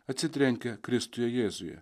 atsitrenkia kristuje jėzuje